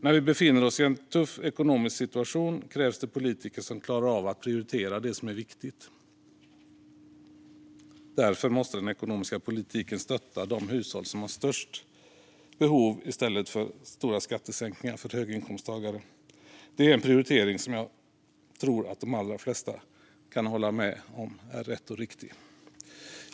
När vi befinner oss i en tuff ekonomisk situation krävs det politiker som klarar av att prioritera det som är viktigt. Därför måste den ekonomiska politiken stötta de hushåll som har störst behov i stället för att göra stora skattesänkningar för höginkomsttagare. Det är en prioritering som jag tror att de allra flesta kan hålla med om är rätt och riktig.